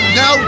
no